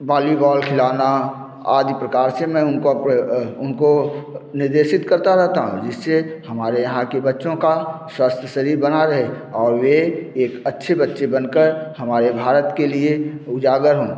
volleyball खिलाना आदि प्रकार से मैं उनको उनको निर्देशित करता रहता हूँ जिससे हमारे यहाँ के बच्चों का स्वस्थ शरीर बना रहे और वे एक अच्छे बच्चे बनकर हमारे भारत के लिए उजागर हों